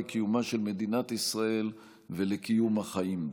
קיומה של מדינת ישראל ועל קיום החיים בה.